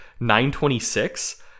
926